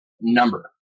number